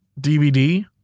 DVD